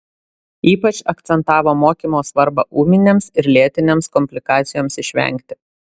ypač akcentavo mokymo svarbą ūminėms ir lėtinėms komplikacijoms išvengti